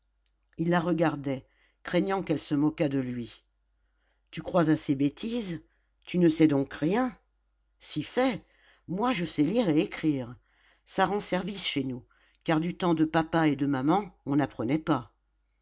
il la regardait craignant qu'elle ne se moquât de lui tu crois à ces bêtises tu ne sais donc rien si fait moi je sais lire et écrire ça rend service chez nous car du temps de papa et de maman on n'apprenait pas